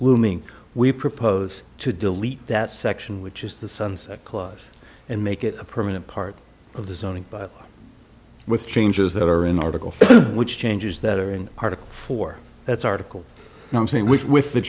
glooming we propose to delete that section which is the sunset clause and make it a permanent part of the zoning but with changes that are in article which changes that are in article four that's article i'm saying which with the